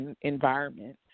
environment